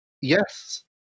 Yes